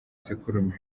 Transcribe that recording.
isekurume